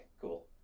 cool